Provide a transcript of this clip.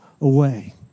away